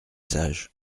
sage